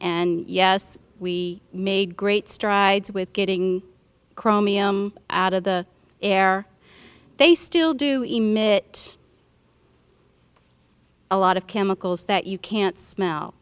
and yes we made great strides with getting chromium out of the air they still do emit a lot of chemicals that you can't smell